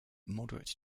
moderate